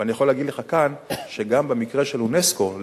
ואני יכול להגיד לך כאן שגם במקרה של אונסק"ו,